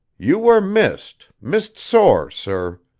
you were missed, missed sore, sir.